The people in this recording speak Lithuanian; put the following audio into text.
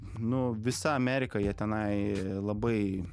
nu visa amerika jie tenai labai